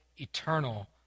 Eternal